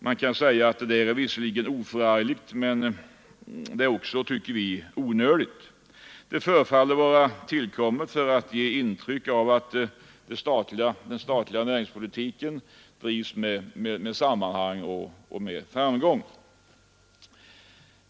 Man kan visserligen säga att det där är oförargligt, men det är också, tycker vi, onödigt. Det förefaller att vara tillkommet för att ge intryck av att den statliga näringspolitiken drivs med sammanhang och framgång.